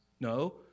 No